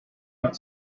not